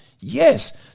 Yes